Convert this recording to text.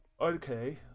okay